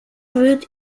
wird